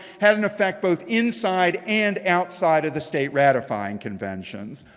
had an effect both inside and outside of the state ratifying conventions.